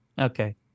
Okay